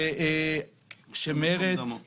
צוהריים טובים.